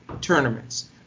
tournaments